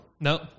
No